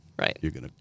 Right